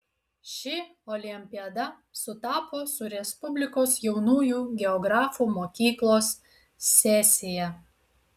ši olimpiada sutapo su respublikos jaunųjų geografų mokyklos sesija